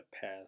path